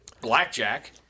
blackjack